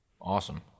Awesome